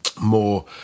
more